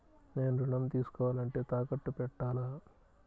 నేను ఋణం తీసుకోవాలంటే తాకట్టు పెట్టాలా?